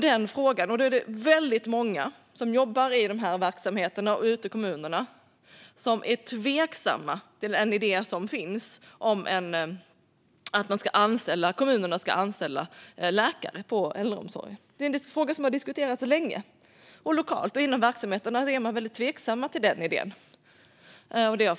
Det är väldigt många som jobbar i de här verksamheterna och ute i kommunerna som är tveksamma till idén som finns att kommunerna ska anställa läkare i äldreomsorgen. Det är en fråga som har diskuterats länge och lokalt, och det har framkommit att man inom verksamheterna är väldigt tveksamma till den idén.